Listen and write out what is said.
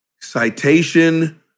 Citation